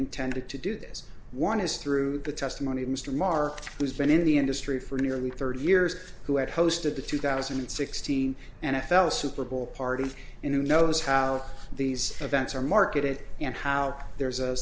intended to do this one is through the testimony of mr mark who's been in the industry for nearly thirty years who had hosted the two thousand and sixteen and f l super bowl party in a knows how these events are marketed and how there's a